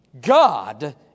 God